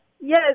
yes